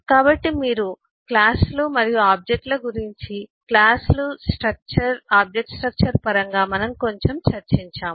కాబట్టి మీరు కొంచెం చర్చలు జరిపారు క్లాసులు స్ట్రక్చర్ ఆబ్జెక్ట్ స్ట్రక్చర్ పరంగా మనము కొంచెం చర్చించాము